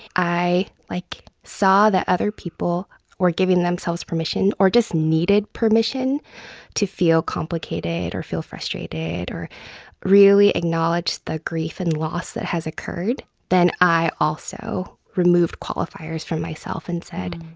i, like, saw that other people were giving themselves permission or just needed permission to feel complicated or feel frustrated or really acknowledge the grief and loss that has occurred. then i also removed qualifiers from myself and said,